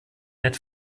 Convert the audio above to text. nett